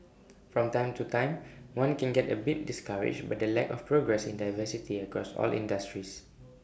from time to time one can get A bit discouraged by the lack of progress in diversity across all industries